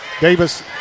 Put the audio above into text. Davis